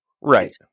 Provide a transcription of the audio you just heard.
right